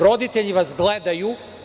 Roditelji vas gledaju.